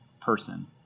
person